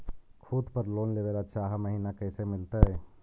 खूत पर लोन लेबे ल चाह महिना कैसे मिलतै?